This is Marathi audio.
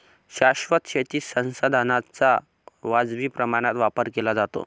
शाश्वत शेतीत संसाधनांचा वाजवी प्रमाणात वापर केला जातो